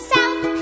South